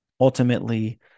ultimately